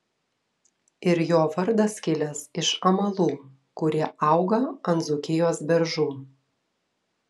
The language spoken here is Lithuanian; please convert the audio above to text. ir jo vardas kilęs iš amalų kurie auga ant dzūkijos beržų